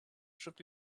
should